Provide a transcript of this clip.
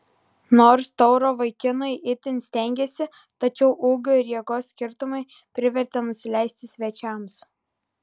nors tauro vaikinai itin stengėsi tačiau ūgio ir jėgos skirtumai privertė nusileisti svečiams